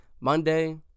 Monday